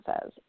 says